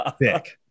Thick